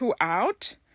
throughout